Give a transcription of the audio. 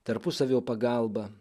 tarpusavio pagalba